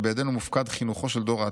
שבידינו מופקד חינוכו של דור העתיד,